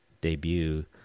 debut